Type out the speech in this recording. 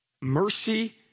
mercy